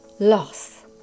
Loss